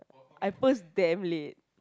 I post damn late